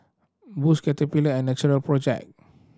Boost Caterpillar and Natural Project